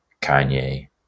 kanye